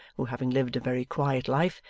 who having lived a very quiet life,